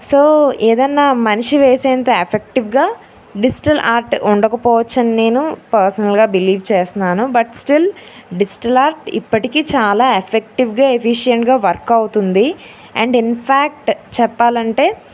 so ఏదన్నా మనిషి వెసేంత ఎఫెక్టివ్గా డిజిటల్ ఆర్ట్ ఉండకపోవచ్చు అని నేను పర్సనల్గా బిలీవ్ చేస్తున్నాను బట్ స్టిల్ డిజిటల్ ఆర్ట్ ఇప్పటికీ చాలా ఎఫెక్ట్గా ఎఫిషియంట్గా వర్క్ అవుతుంది అండ్ ఇన్ఫ్యాక్ట్ చెప్పాలంటే